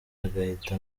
agahita